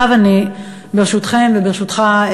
ברשותכם וברשותך,